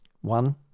one